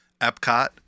Epcot